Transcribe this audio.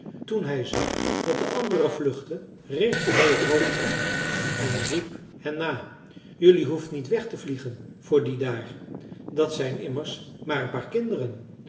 toen hij zag dat de andere vluchtten richtte hij het hoofd op en riep hen na jelui hoeft niet weg te vliegen voor die daar dat zijn immers maar een paar kinderen